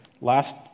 Last